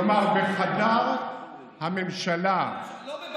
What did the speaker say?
כלומר, בחדר הממשלה ישב, לא בבלפור?